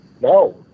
no